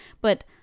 But-